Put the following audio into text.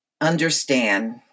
understand